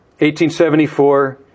1874